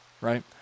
Right